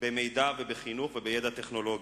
במדע ובחינוך ובידע טכנולוגי.